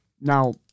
now